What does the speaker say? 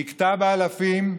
היא הכתה באלפים.